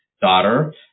daughter